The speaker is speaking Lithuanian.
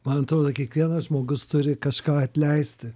man atrodo kiekvienas žmogus turi kažką atleisti